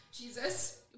Jesus